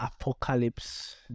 apocalypse